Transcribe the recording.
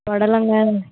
பொடலங்காய்